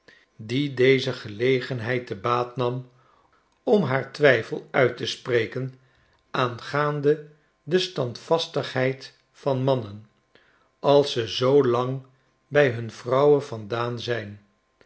deze gelegenheid te baat nam om haar twijfel uit te spreken aangaande de stand vastigheid van mannen als ze zoo lang bij hun vrouwen vandaan zijn